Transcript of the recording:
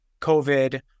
COVID